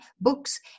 books